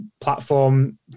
platform